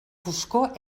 foscor